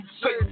say